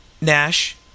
Nash